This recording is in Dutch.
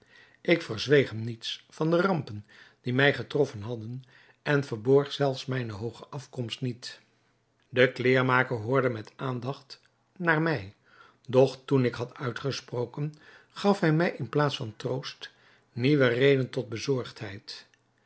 ik verzweeg hem niets van de rampen die mij getroffen hadden en verborg zelfs mijne hooge afkomst niet de kleermaker hoorde met aandacht naar mij doch toen ik had uitgesproken gaf hij mij in plaats van troost nieuwe reden tot bezorgdheid